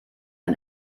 man